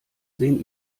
sehen